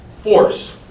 force